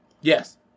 Yes